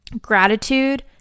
gratitude